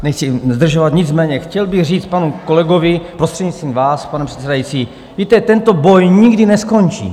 Nechci zdržovat, nicméně chtěl bych říct panu kolegovi, prostřednictvím vás, pane předsedající víte, tento boj nikdy neskončí.